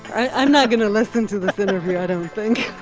i'm not going to listen to this interview, i don't think